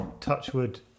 Touchwood